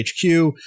HQ